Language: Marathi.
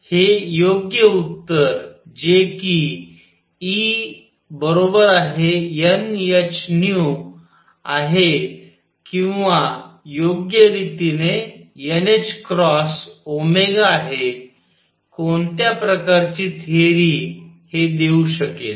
हे योग्य उत्तर जे कि Enh आहे किंवा योग्य रीतीनेnℏω आहे कोणत्या प्रकारची थेअरी हे देऊ शकेल